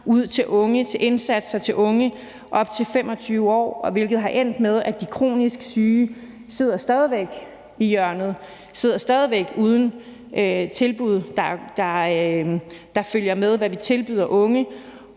ud til unge, til indsatser til unge op til 25 år, hvilket er endt med, at de kronisk syge stadig væk sidder i hjørnet, stadig væk sidder uden tilbud, der er følger med, hvad vi tilbyder unge.